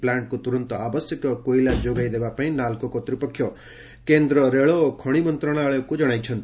ପ୍ଲାଙ୍ଙକୁ ତୁରନ୍ତ ଆବଶ୍ୟକୀୟ କୋଇଲା ଯୋଗାଇ ଦେବା ପାଇଁ ନାଲ୍କୋ କର୍ତ୍ତୂପକ୍ଷ କେନ୍ଦ୍ର ରେଳ ଓ ଖଣି ମନ୍ତଶାଳୟକୁ କଣାଇଛନ୍ତି